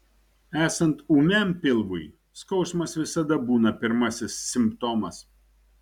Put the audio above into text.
esant ūmiam pilvui skausmas visada būna pirmasis simptomas